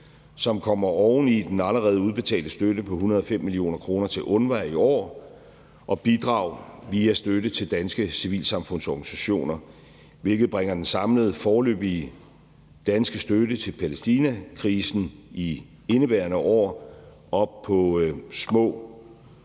som kommer oven i den allerede udbetalte støtte på 105 mio. kr. til UNRWA i år og bidrag via støtte til danske civilsamfundsorganisationer, hvilket bringer den samlede foreløbige danske støtte til Palæstinakrisen i indeværende år op på små